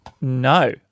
No